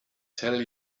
tell